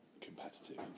competitive